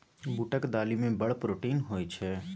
बूटक दालि मे बड़ प्रोटीन होए छै